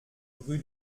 rue